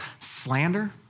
slander